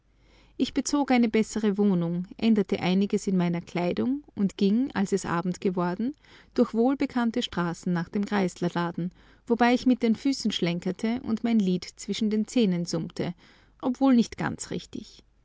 ich bezog eine bessere wohnung änderte einiges in meiner kleidung und ging als es abend geworden durch wohlbekannte straßen nach dem grieslerladen wobei ich mit den füßen schlenkerte und mein lied zwischen den zähnen summte obwohl nicht ganz richtig